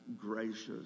gracious